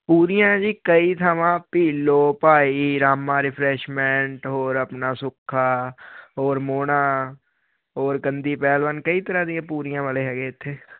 ਪੂਰੀਆਂ ਜੀ ਕਈ ਥਾਵਾਂ ਭੀਲੋ ਭਾਈ ਰਾਮਾ ਰਿਫਰੈਸ਼ਮੈਂਟ ਹੋਰ ਆਪਣਾ ਸੁੱਖਾ ਹੋਰ ਮੋਹਣਾ ਹੋਰ ਕੰਦੀ ਪਹਿਲਵਾਨ ਕਈ ਤਰ੍ਹਾਂ ਦੀ ਪੂਰੀਆਂ ਵਾਲੇ ਹੈਗੇ ਇੱਥੇ